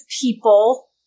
people